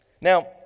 Now